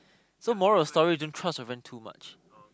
so moral of the story don't trust your friend too much